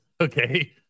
okay